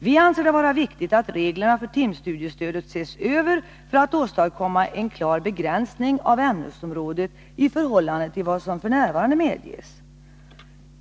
Vi anser det vara viktigt att reglerna för timstudiestödet ses över för att åstadkomma en klar begränsning av ämnesområdet i förhållande till vad som f. n. medges.